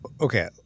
Okay